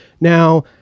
Now